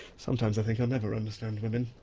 sometimes i think i'll never understand women.